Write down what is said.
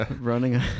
Running